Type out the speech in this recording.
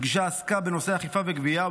הפגישה עסקה בנושאי אכיפה וגבייה,